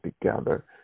together